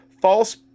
False